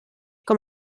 com